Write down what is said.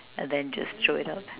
and then just throw it out